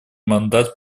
мандат